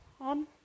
on